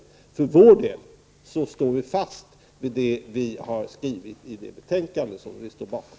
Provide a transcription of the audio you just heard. Vi för vår del håller fast vid skrivningen i det betänkande som vi står bakom.